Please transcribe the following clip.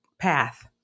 path